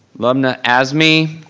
lubna azmi.